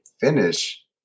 finish